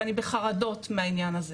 ואני בחרדות מהעניין הזה.